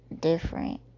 Different